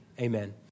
amen